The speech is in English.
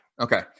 Okay